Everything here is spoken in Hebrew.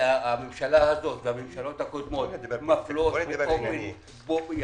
הממשלה הזאת והממשלות הקודמות מפלות באופן